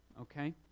okay